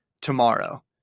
tomorrow